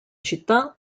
città